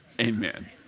Amen